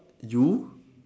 you